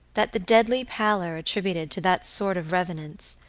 that the deadly pallor attributed to that sort of revenants,